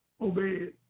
obeyed